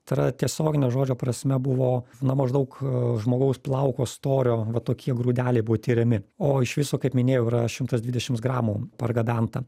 tai yra tiesiogine žodžio prasme buvo na maždaug žmogaus plauko storio va tokie grūdeliai buvo tiriami o iš viso kaip minėjau yra šimtas dvidešims gramų pargabenta